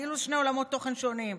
כאילו שני עולמות תוכן שונים,